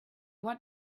want